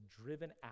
driven